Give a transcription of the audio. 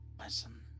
Listen